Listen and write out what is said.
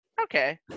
Okay